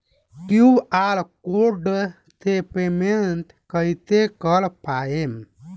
QR code से पेमेंट कईसे कर पाएम?